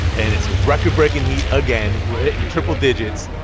and it's a record-breaking heat again. we're hitting triple digits.